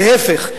להיפך,